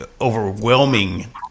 overwhelming